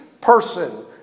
person